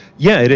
yeah,